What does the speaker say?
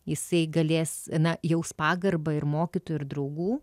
jisai galės na jaus pagarbą ir mokytojų ir draugų